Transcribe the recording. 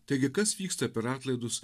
taigi kas vyksta per atlaidus